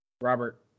robert